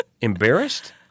embarrassed